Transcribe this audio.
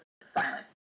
silent